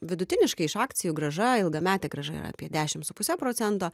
vidutiniškai iš akcijų grąža ilgametė grąža yra apie dešim su puse procento